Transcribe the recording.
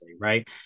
right